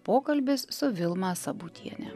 pokalbis su vilma sabutiene